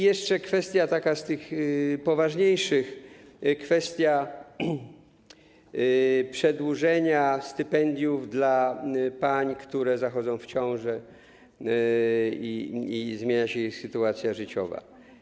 Jeszcze taka kwestia z tych poważniejszych, kwestia przedłużenia stypendiów dla pań, które zachodzą w ciążę i zmienia się ich sytuacja życiowa.